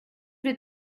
wir